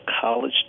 college